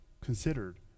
considered